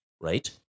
right